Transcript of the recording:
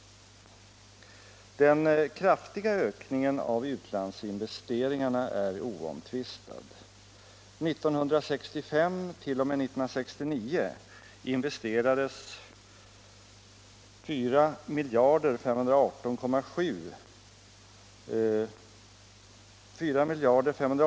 Den kraftiga ökningen av utlandsinvesteringarna är oomtvistad. 1965 t.o.m. 1969 investerades 4 518 milj.kr. utomlands.